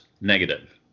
negative